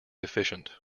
efficient